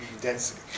density